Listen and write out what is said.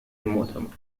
المؤتمر